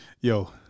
Yo